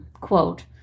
quote